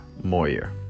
Moyer